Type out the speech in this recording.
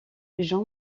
jean